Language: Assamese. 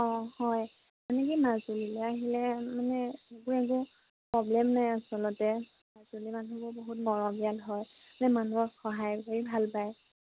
অঁ হয় মানে কি মাজুলীলৈ আহিলে মানে একো একো প্ৰব্লেম নাই আচলতে মাজুলী মানুহবোৰ বহুত মৰমীয়াল হয় মানে মানুহক সহায় কৰি ভাল পায়